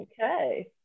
Okay